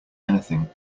anything